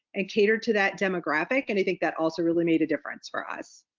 and cater to that demographic. and i think that also really made a difference for us.